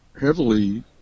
heavily